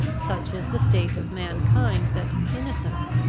such is the state of mankind, that innocence,